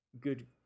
good